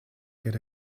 get